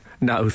no